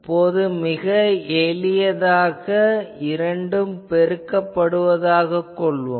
இப்போது மிக எளியதாக இரண்டும் பெருக்கப்படுவதாகக் கொள்வோம்